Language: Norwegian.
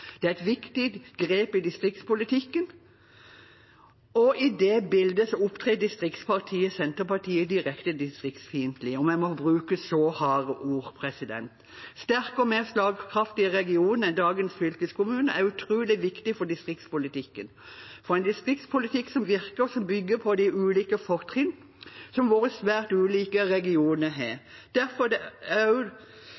Det er et viktig grep i distriktspolitikken. I det bildet opptrer distriktspartiet Senterpartiet direkte distriktsfiendtlig, om jeg får bruke så harde ord. Sterke og mer slagkraftige regioner enn dagens fylkeskommuner er utrolig viktig for distriktspolitikken, for en distriktspolitikk som virker, som bygger på de ulike fortrinn som våre svært ulike regioner har.